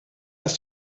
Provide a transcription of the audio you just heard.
ist